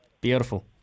Beautiful